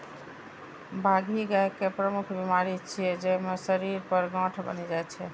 बाघी गाय के प्रमुख बीमारी छियै, जइमे शरीर पर गांठ बनि जाइ छै